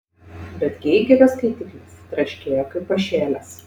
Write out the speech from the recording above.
bet geigerio skaitiklis traškėjo kaip pašėlęs